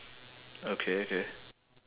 okay okay